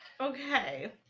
Okay